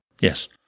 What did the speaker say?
Yes